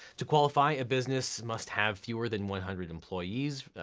to qualify, a business must have fewer than one hundred employees.